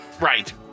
Right